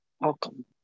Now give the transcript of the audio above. welcome